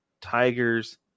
Tigers